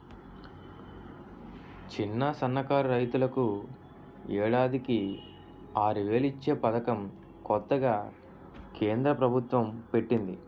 చిన్న, సన్నకారు రైతులకు ఏడాదికి ఆరువేలు ఇచ్చే పదకం కొత్తగా కేంద్ర ప్రబుత్వం పెట్టింది